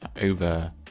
over